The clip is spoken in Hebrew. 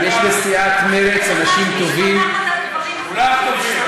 קברים, כולם טובים.